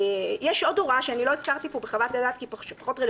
יש עוד הוראה בחוק מימון